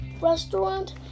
restaurant